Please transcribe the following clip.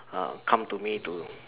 uh come to me to